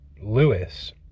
Lewis